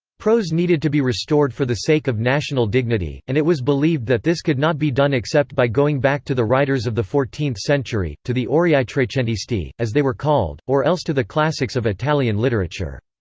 prose needed to be restored for the sake of national dignity, and it was believed that this could not be done except by going back to the writers of the fourteenth century, to the aurei yeah trecentisti, as they were called, or else to the classics of italian literature.